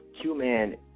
Q-Man